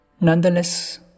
Nonetheless